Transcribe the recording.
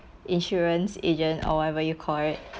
insurance agent or whatever you call it